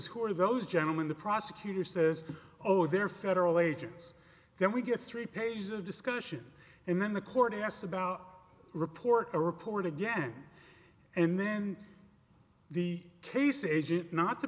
are those gentlemen the prosecutor says oh they're federal agents then we get three pages of discussion and then the court asks about report a report again and then the case agent not the